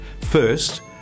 First